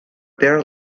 there